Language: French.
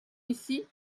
ici